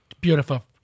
beautiful